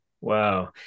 wow